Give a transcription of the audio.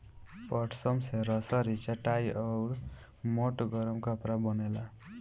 पटसन से रसरी, चटाई आउर मोट गरम कपड़ा बनेला